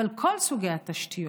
אבל של כל סוגי התשתיות,